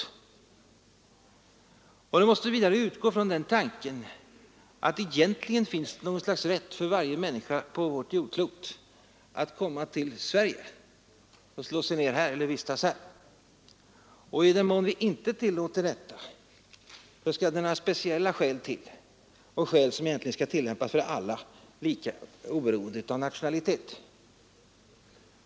Denna tanke måste vidare utgå från föreställningen att det egentligen finns något slags rätt för varje människa på vårt jordklot att komma till Sverige och slå sig ned eller vistas här. I den mån vi inte tillåter detta, så skall det speciella skäl till, skäl som egentligen skall tillämpas lika för alla, oberoende av nationalitet.